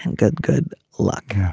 and good. good luck.